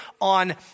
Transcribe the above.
on